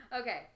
Okay